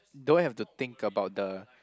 don't have to think about the